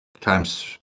Times